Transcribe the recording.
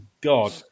God